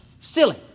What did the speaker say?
Silly